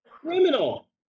criminal